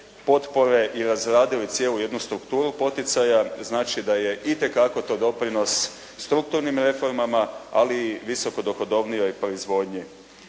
potpore i razradili cijelu jednu strukturu poticaja, znači da je itekako to doprinos strukturnim reformama, ali i visoko dohodovnijoj proizvodnji.